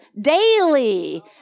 Daily